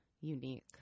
unique